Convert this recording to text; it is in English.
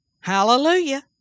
Hallelujah